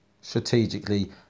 strategically